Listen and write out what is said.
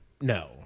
No